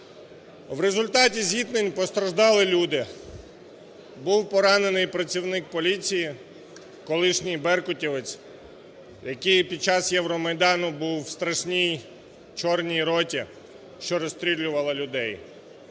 У результаті зіткнень постраждали люди, був поранений працівник поліції, колишній "беркутівець", який під час Євромайдану був у страшній "чорній роті", що розстрілювала людей.